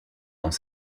dans